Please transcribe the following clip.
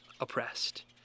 oppressed